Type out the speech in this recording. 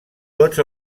tots